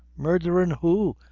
murdherin' who?